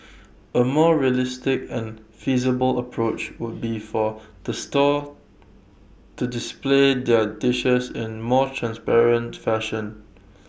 A more realistic and feasible approach would be for the stall to display their dishes in more transparent fashion